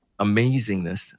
amazingness